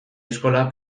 eskola